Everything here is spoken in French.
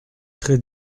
très